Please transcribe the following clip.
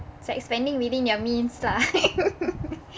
so like spending within your means lah